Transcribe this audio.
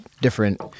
different